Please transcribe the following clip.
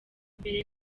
mbere